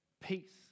peace